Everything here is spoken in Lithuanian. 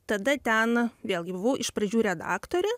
tada ten vėlgi buvau iš pradžių redaktorė